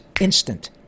instant